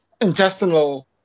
intestinal